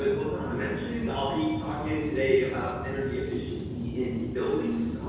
lizanna mentioned, i'll be talking today about energy efficiency in buildings.